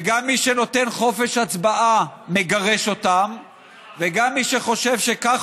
גם מי שנותן חופש הצבעה מגרש אותם וגם מי שחושב שכך